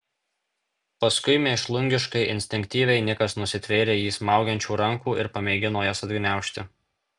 paskui mėšlungiškai instinktyviai nikas nusitvėrė jį smaugiančių rankų ir pamėgino jas atgniaužti